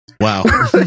Wow